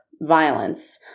violence